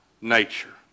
nature